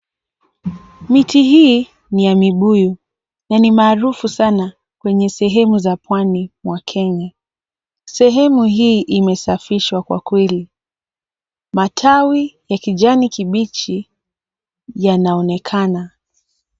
Miti hi ni ya mibuyu ni marufu sana kwenye sehemu za pwani mwa Kenya, sehemu hi imesafishwa kwa kweli matawi ya kijani kibichi yanaonekana.